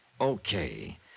Okay